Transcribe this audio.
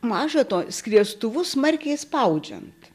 maža to skriestuvu smarkiai spaudžiant